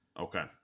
Okay